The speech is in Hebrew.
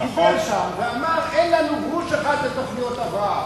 דיבר שם ואמר: אין לנו גרוש אחד לתוכניות הבראה.